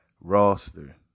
roster